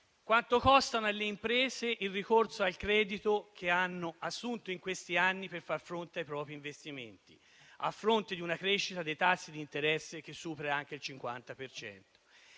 quanto costa alle imprese il ricorso al credito che hanno assunto in questi anni per far fronte ai propri investimenti; ciò a fronte di una crescita dei tassi di interesse che supera anche il 50